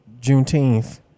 Juneteenth